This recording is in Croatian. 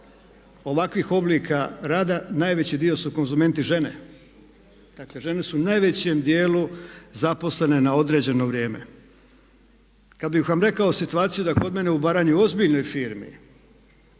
ovakvih oblika rada najveći dio su konzumenti žene. Dakle, žene su u najvećem dijelu zaposlene na određeno vrijeme. Kad bih vam rekao situaciju da kod mene u Baranji u ozbiljnoj firmi,